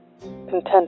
content